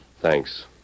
Thanks